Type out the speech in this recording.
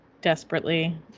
Desperately